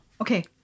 okay